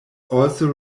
also